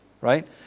right